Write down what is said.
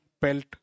pelt